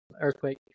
earthquake